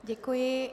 Děkuji.